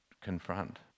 confront